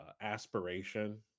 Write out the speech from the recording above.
aspiration